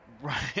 right